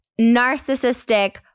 narcissistic